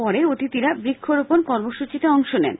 পরে অতিথিরা বৃক্ষরোপণ কর্মসচিতে অংশ নেন